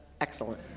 Excellent